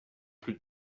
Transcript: plus